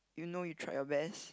you know you tried your best